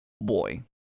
boy